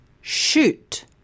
shoot